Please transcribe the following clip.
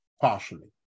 partially